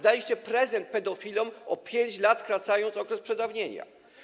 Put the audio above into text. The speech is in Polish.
Daliście prezent pedofilom, o 5 lat skracając okres przedawnienia.